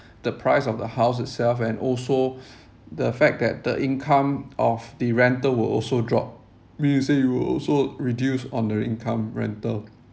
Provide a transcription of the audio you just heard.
the price of the house itself and also the fact that the income of the rental will also drop mean you say you will also reduce on the income rental